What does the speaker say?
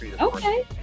Okay